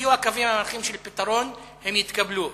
יהיו הקווים המנחים של פתרון, הם יתקבלו,